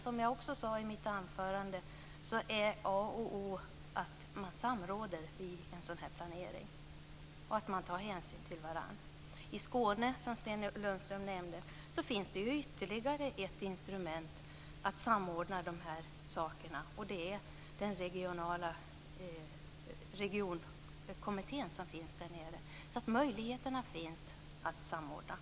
Som jag också sade i mitt anförande är det A och O att samråda vid en sådan planering och att ta hänsyn till varandra. I Skåne, som Sten Lundström nämnde, finns det ytterligare ett instrument för att samordna de här sakerna, nämligen regionkommittén i området. Det finns alltså möjligheter till samordning.